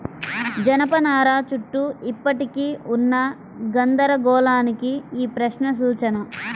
జనపనార చుట్టూ ఇప్పటికీ ఉన్న గందరగోళానికి ఈ ప్రశ్న సూచన